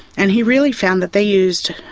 and he really found that they used,